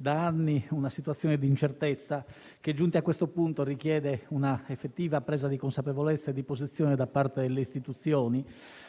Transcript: da anni una situazione di incertezza che, giunti a questo punto, richiede un'effettiva presa di consapevolezza e di posizione da parte delle istituzioni